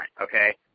okay